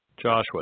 Joshua